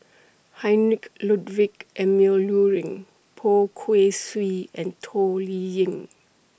Heinrich Ludwig Emil Luering Poh Kay Swee and Toh Liying